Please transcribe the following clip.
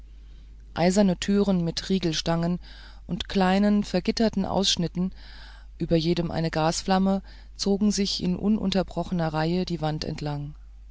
eiserne türen mit riegelstangen und kleinen vergitterten ausschnitten über jedem eine gasflamme zogen sich in ununterbrochener reihe die wand entlang